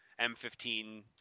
M15